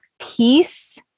peace